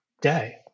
day